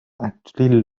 actually